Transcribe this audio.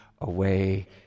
away